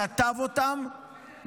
כתב אותם,